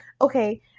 okay